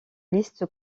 liste